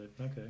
Okay